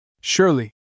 Surely